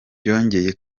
byongeye